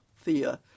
Thea